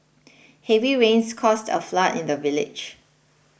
heavy rains caused a flood in the village